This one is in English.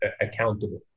accountable